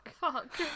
Fuck